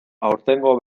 aurtengo